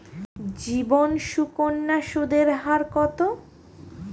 জীবন সুকন্যা সুদের হার কত?